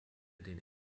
den